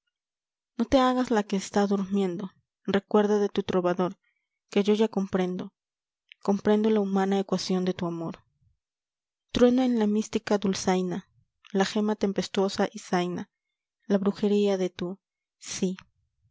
no te hagas la que está durmiendo recuerda de tu trovador que yo ya comprendo comprendo la humana ecuación de tu amor truena en la mística dulzaina la gema tempestuosa y zaina la brujería de tu sí